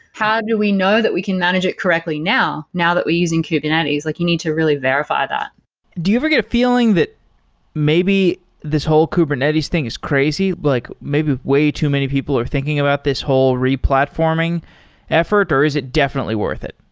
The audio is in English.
how do we know that we can manage it correctly now, now that we're using kubernetes? like you need to really verify that do you ever get a feeling that maybe this whole kubernetes thing is crazy? like maybe way too many people are thinking about this whole re-platforming effort, or is it definitely worth it?